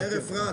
הישיבה נעולה.